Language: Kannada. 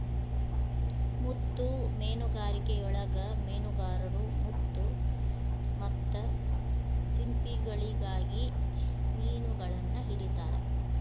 ಮುತ್ತು ಮೇನುಗಾರಿಕೆಯೊಳಗ ಮೇನುಗಾರರು ಮುತ್ತು ಮತ್ತ ಸಿಂಪಿಗಳಿಗಾಗಿ ಮಿನುಗಳನ್ನ ಹಿಡಿತಾರ